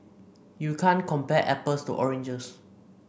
you can't compare apples to oranges